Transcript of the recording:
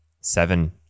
seven